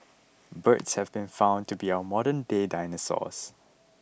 birds have been found to be our modernday dinosaurs